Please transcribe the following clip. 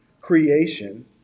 creation